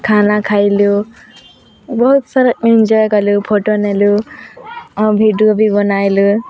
ଖାନା ଖାଇଲୁ ବହୁତ ସାରା ଏଞ୍ଜୟ କଲୁ ଫୋଟୋ ନେଲୁ ଆଉ ଭିଡିଓ ବି ବନାଇଲୁ